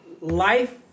life